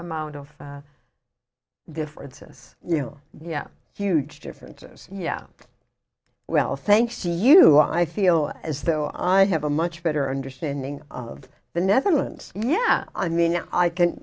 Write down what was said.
amount of differences you know yeah huge differences yeah well thanks to you i feel as though i have a much better understanding of the netherlands yeah i mean i can